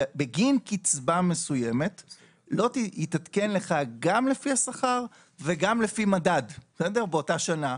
בגין קצבה מסוימת לא יתעדכן לך גם לפי השכר וגם לפי מדד באותה שנה,